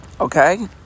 Okay